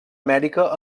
amèrica